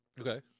Okay